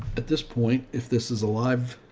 at this point, if this is a live,